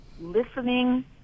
listening